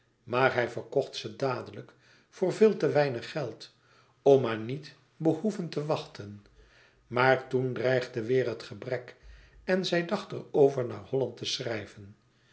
maar hij verkocht ze dadelijk voor veel te weinig geld om maar niet behoeven te wachten maar toen dreigde weêr het gebrek en zij dacht er over naar holland te schrijven